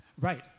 Right